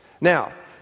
Now